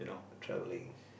travelling